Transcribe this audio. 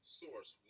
source